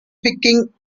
picking